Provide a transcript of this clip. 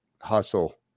hustle